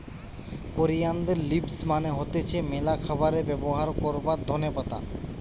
কোরিয়ানদের লিভস মানে হতিছে ম্যালা খাবারে ব্যবহার করবার ধোনে পাতা